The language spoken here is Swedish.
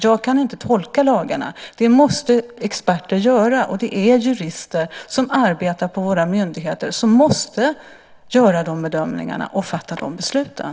Jag kan inte tolka lagarna. Det måste experter göra. Det är jurister som arbetar på våra myndigheter som måste göra de bedömningarna och fatta de besluten.